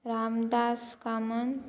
Ramdas Kamant